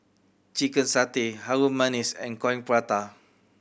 chicken satay Harum Manis and Coin Prata